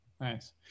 Nice